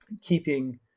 keeping